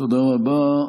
תודה רבה.